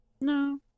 no